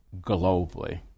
globally